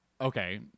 okay